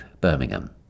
Birmingham